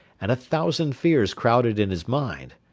and a thousand fears crowded in his mind.